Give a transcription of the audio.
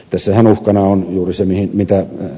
tässähän uhkana on juuri se minkä ed